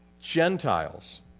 Gentiles